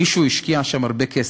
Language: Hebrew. מישהו השקיע שם הרבה כסף,